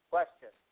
Question